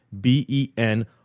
b-e-n